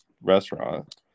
restaurant